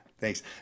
thanks